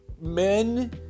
men